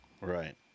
right